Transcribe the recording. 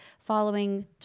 following